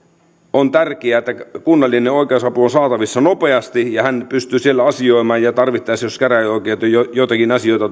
on tärkeää että kunnallinen oikeusapu on saatavissa nopeasti ja siellä pystyy asioimaan ja jos käräjäoikeuteen joitakin asioita